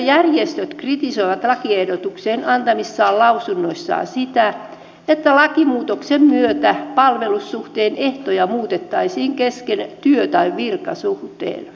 henkilöstöjärjestöt kritisoivat lakiehdotukseen antamissaan lausunnoissaan sitä että lakimuutoksen myötä palvelussuhteen ehtoja muutettaisiin kesken työ tai virkasuhteen